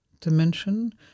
dimension